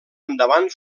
endavant